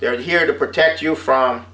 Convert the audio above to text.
they're here to protect you from